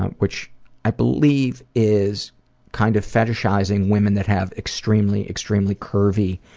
ah which i believe is kind of fetishizing women that have extremely, extremely curvy